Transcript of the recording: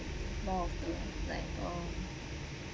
more of it like oh